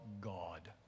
God